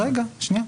רגע, שנייה.